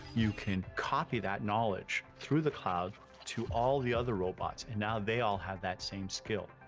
you can copy that knowledge through the cloud to all the other robots, and now they all have that same skill.